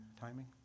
timing